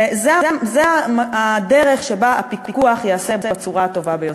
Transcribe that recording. וזו הדרך שבה הפיקוח ייעשה בצורה הטובה ביותר.